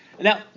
Now